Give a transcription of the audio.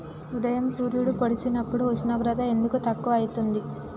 ఉదయం సూర్యుడు పొడిసినప్పుడు ఉష్ణోగ్రత ఎందుకు తక్కువ ఐతుంది?